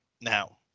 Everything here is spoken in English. Now